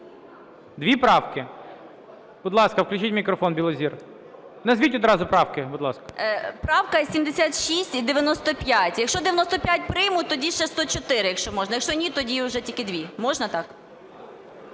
Дві правки. Будь ласка, включіть мікрофон Білозір. Назвіть одразу правки, будь ласка. 14:34:12 БІЛОЗІР Л.М. Правка 76 і 95. Якщо 95 приймуть, тоді ще 104, якщо можна. Якщо ні, тоді вже тільки дві. Можна так?